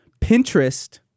Pinterest